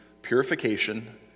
Purification